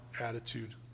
attitude